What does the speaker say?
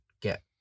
get